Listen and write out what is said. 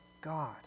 God